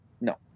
No